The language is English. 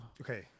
Okay